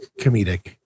comedic